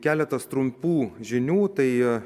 keletas trumpų žinių tai